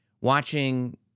Watching